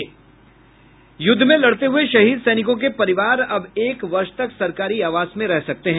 युद्ध में लड़ते हुए शहीद सैनिकों के परिवार अब एक वर्ष तक सरकारी आवास में रह सकते हैं